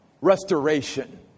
restoration